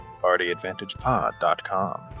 PartyAdvantagePod.com